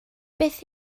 beth